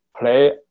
play